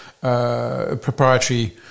proprietary